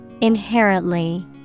Inherently